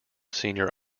senior